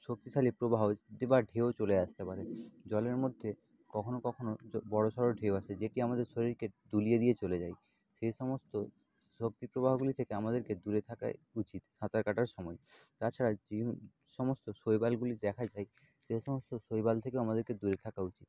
শক্তিশালী প্রবাহ ঢেউ চলে আসতে পারে জলের মধ্যে কখনও কখনও জ বড়ো সড়ো ঢেউ আসে যেটি আমাদের শরীরকে তুলিয়ে দিয়ে চলে যায় সেই সমস্ত শক্তিপ্রবাহগুলি থেকে আমাদেরকে দূরে থাকাই উচিত সাঁতার কাটার সময় তাছাড়া যেই সমস্ত শৈবালগুলি দেখা যায় সেই সমস্ত শৈবাল থেকেও আমাদেরকে দূরে থাকা উচিত